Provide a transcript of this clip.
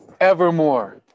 evermore